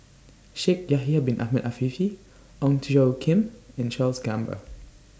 Shaikh Yahya Bin Ahmed Afifi Ong Tjoe Kim and Charles Gamba